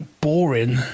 boring